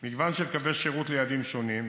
יש מגוון של קווי שירות ליעדים שונים,